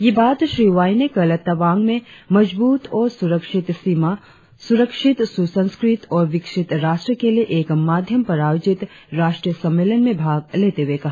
ये बात श्री वाई ने कल तवांग में मजबूत और सुरक्षित सीमा सुरक्षित सुसंस्कृत और विकसित राष्ट्र के लिए एक माध्यम पर आयोजित राष्ट्रीय सम्मेलन में भाग लेते हुए कहा